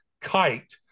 kite